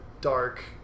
dark